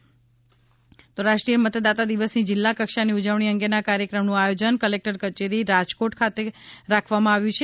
મતદાતા દિવસ રાષ્ટ્રીય મતદાતા દિવસની જિલ્લા કક્ષાની ઉજવણી અંગેના કાર્યક્રમનું આયોજન કલેકટર કચેરી રાજકોટ ખાતે રાખવામાં આવ્યુ છે